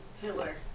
Hitler